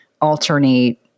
alternate